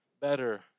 better